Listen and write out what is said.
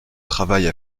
travaille